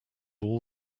all